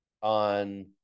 on